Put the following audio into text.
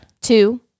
Two